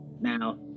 now